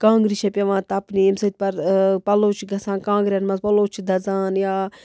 کانٛگرِ چھےٚ پٮ۪وان تَپنہِ ییٚمۍ سۭتۍ پَر پَلو چھِ گژھان کانٛگرٮ۪ن منٛز پَلو چھِ دَزان یا